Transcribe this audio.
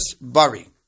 bari